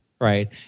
right